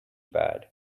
bad